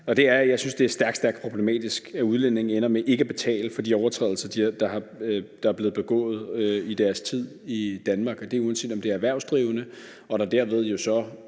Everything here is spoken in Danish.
Og det er, at jeg synes, det er stærkt, stærkt problematisk, at udlændinge ender med ikke at betale for de overtrædelser, der er blevet begået i deres tid i Danmark – og det er uanset, om der er erhvervsdrivende, der derved jo så